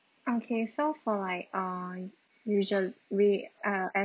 okay so for like uh usual way uh as